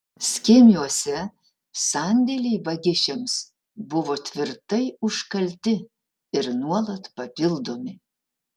skėmiuose sandėliai vagišiams buvo tvirtai užkalti ir nuolat papildomi